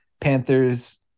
Panthers